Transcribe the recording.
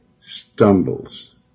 stumbles